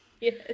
yes